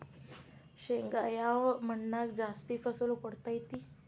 ಶೇಂಗಾ ಯಾವ ಮಣ್ಣಾಗ ಜಾಸ್ತಿ ಫಸಲು ಕೊಡುತೈತಿ?